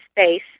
space